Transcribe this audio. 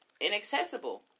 inaccessible